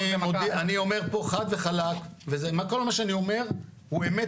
אני אומר פה חד וחלק וכל מה שאני אומר הוא אמת